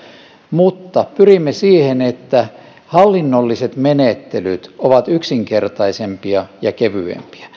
mutta pyrimme siihen että hallinnolliset menettelyt ovat yksinkertaisempia ja kevyempiä